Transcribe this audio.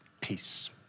peace